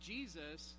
Jesus